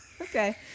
Okay